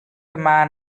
man